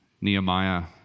Nehemiah